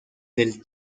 del